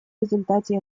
результате